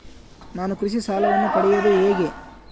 ನಾನು ಕೃಷಿ ಸಾಲವನ್ನು ಪಡೆಯೋದು ಹೇಗೆ?